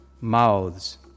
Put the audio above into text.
mouths